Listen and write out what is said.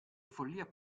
follia